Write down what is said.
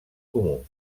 comú